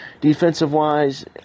Defensive-wise